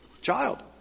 Child